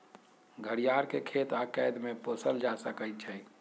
घरियार के खेत आऽ कैद में पोसल जा सकइ छइ